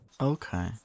Okay